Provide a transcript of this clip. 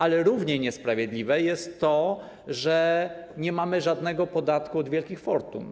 Ale równie niesprawiedliwe jest to, że nie mamy żadnego podatku od wielkich fortun.